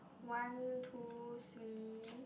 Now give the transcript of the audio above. one two three